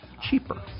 cheaper